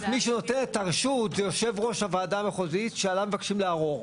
מי שנותן את הרשות זה יושב ראש הוועדה המחוזית שעליו מבקשים לערר.